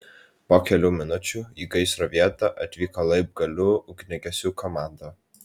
po kelių minučių į gaisro vietą atvyko laibgalių ugniagesių komanda